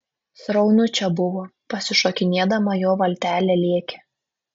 sraunu čia buvo pasišokinėdama jo valtelė lėkė